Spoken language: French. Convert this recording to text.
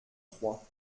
trois